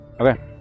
Okay